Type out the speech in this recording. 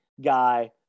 guy